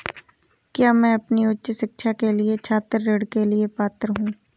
क्या मैं अपनी उच्च शिक्षा के लिए छात्र ऋण के लिए पात्र हूँ?